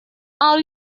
are